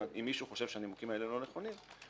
מישהו חושב שהנימוקים האלה לא נכונים,